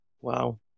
Wow